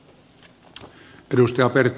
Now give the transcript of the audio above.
arvoisa puhemies